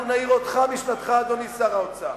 אנחנו נעיר אותך משנתך, אדוני שר האוצר.